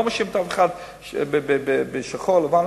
אני לא מדבר אם זה בשחור או לבן,